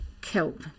killed